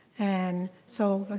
and so ah